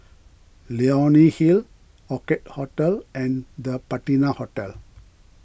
Leonie Hill Orchid Hotel and the Patina Hotel